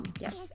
yes